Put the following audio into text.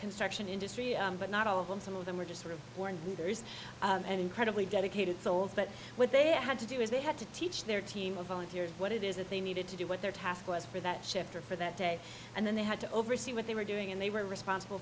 construction industry but not all of them some of them were just sort of born leaders and incredibly dedicated souls but what they had to do is they had to teach their team of volunteers what it is that they needed to do what their task was for that shift or for that day and then they had to oversee what they were doing and they were responsible